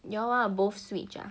you all want to both switch ah